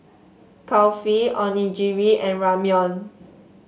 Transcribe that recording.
Kulfi Onigiri and Ramyeon